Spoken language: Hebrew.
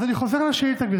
אז אני חוזר לשאילתה,